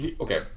Okay